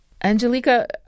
Angelica